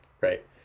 Right